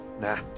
Nah